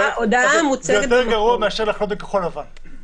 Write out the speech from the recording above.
זה יותר גרוע מאשר לחנות בכחול-לבן.